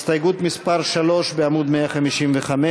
הסתייגות מס' 3 בעמוד 155,